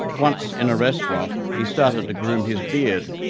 once in a restaurant he started to groom his beard,